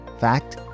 Fact